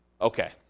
okay